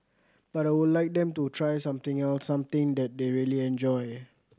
but I would like them to try something else something that they really enjoy